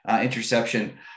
interception